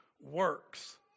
works